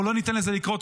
אנחנו לא ניתן לזה לקרות.